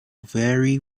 vary